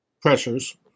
pressures